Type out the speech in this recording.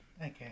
Okay